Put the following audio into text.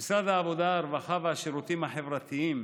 משרד העבודה, הרווחה והשירותים החברתיים